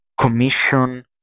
Commission